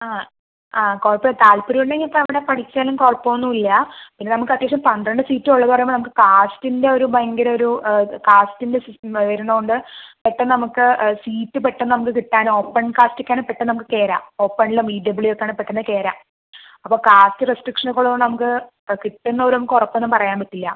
ആ ആ കുഴപ്പം താൽപ്പര്യം ഉണ്ടെങ്കിൽ ഇപ്പം എവിടെ പഠിച്ചാലും കുഴപ്പം ഒന്നും ഇല്ല പിന്നെ നമുക്ക് അത്യാവശ്യം പന്ത്രണ്ട് സീറ്റേ ഉള്ളൂന്ന് പറയുമ്പം നമുക്ക് കാസ്റ്റിൻ്റെ ഒരു ഭയങ്കരം ഒരു കാസ്റ്റിൻ്റെ വരുന്നോണ്ട് പെട്ടെന്ന് നമുക്ക് സീറ്റ് പെട്ടെന്ന് നമുക്ക് കിട്ടാൻ ഓപ്പൺ കാസ്റ്റ് ഒക്കെ ആണേൽ പെട്ടെന്ന് നമുക്ക് കേറാം ഓപ്പണിൽ ബിഡബ്ല്യു ഒക്കെ ആണേൽ പെട്ടെന്ന് നമുക്ക് കേറാം അപ്പം കാസ്റ്റ് റെസ്ട്രിക്ഷൻ ഒക്ക ഉള്ളോണ്ട് നമുക്ക് കിട്ടുന്നതും ഉറപ്പ് ഒന്നും പറയാൻ പറ്റില്ല